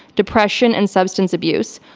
depression and substance abuse.